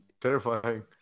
Terrifying